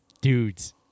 dudes